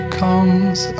comes